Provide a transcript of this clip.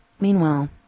Meanwhile